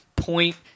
point